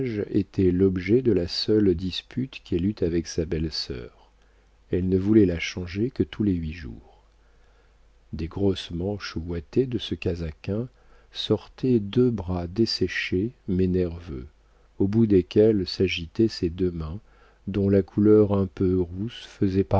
était l'objet de la seule dispute qu'elle eût avec sa belle-sœur elle ne voulait la changer que tous les huit jours des grosses manches ouatées de ce casaquin sortaient deux bras desséchés mais nerveux au bout desquels s'agitaient ses deux mains dont la couleur un peu rousse faisait